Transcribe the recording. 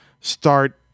start